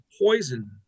poison